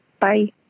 Bye